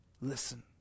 listen